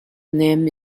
name